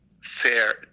fair